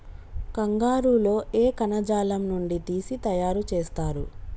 కంగారు లో ఏ కణజాలం నుండి తీసి తయారు చేస్తారు?